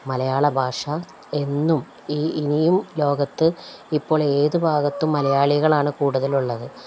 മലയാള ഭാഷ എന്നും ഈ ഇനിയും ലോകത്ത് ഇപ്പോൾ ഏത് ഭാഗത്തും മലയാളികളാണ് കൂടുതലുള്ളത്